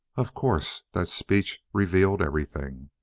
of course, that speech revealed everything.